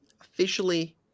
officially